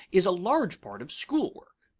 is a large part of school work.